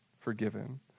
forgiven